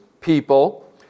people